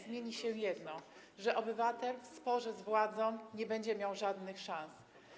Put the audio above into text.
Zmieni się jedno: obywatel w sporze z władzą nie będzie miał żadnych szans.